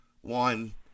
one